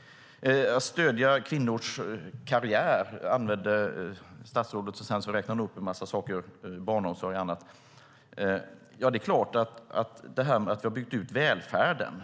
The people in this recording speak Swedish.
Statsrådet talade om att stödja kvinnors karriär och räknade sedan upp en massa saker - barnomsorg och annat. Vi har byggt ut välfärden.